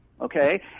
okay